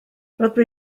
rydw